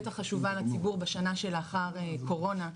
בטח חשובה לציבור בשנה שלאחר הקורונה.